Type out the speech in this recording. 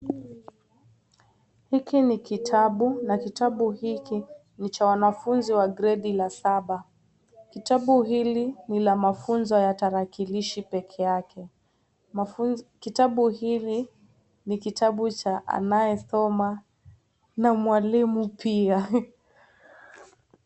Hiki ni kitabu na kitabu hiki ni cha wanafunzi wa gredi ya saba, kitabu hili ni la mafunzo ya tarakilishi peke yake, kitabu hili ni kitabu cha anayesoma na mwalimu pia.